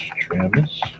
Travis